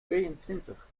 tweeëntwintig